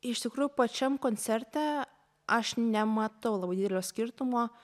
iš tikrųjų pačiam koncerte aš nematau labai didelio skirtumo